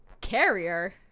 Carrier